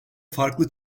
farklı